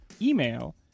email